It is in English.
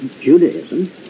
Judaism